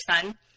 son